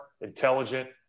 intelligent